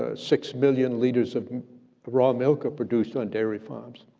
ah six million liters of raw milk are produced on dairy farms.